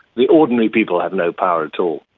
the ordinary people have no power at all.